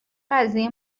قضیه